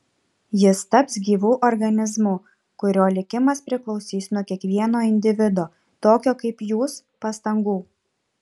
jis taps gyvu organizmu kurio likimas priklausys nuo kiekvieno individo tokio kaip jūs pastangų